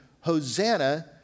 Hosanna